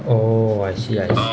oh I see I see